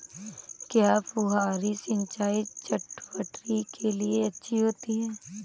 क्या फुहारी सिंचाई चटवटरी के लिए अच्छी होती है?